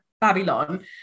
Babylon